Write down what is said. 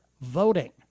voting